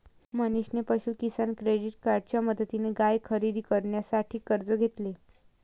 मनीषने पशु किसान क्रेडिट कार्डच्या मदतीने गाय खरेदी करण्यासाठी कर्ज घेतले